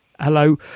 hello